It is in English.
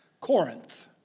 Corinth